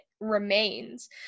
remains